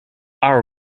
are